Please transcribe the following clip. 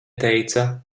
teica